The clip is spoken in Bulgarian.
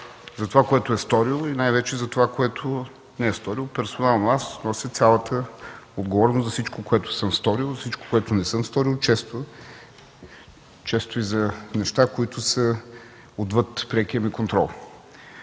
за това, което е сторило и най-вече за това, което не е сторило. Персонално аз нося цялата отговорност за всичко, което съм сторил, за всичко, което не съм сторил, често и за неща, които са отвъд прекия ми контрол.